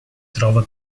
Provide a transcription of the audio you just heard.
trova